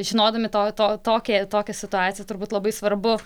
žinodami to to tokią tokią situaciją turbūt labai svarbu